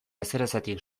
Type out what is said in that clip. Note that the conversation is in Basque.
ezerezetik